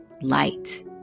light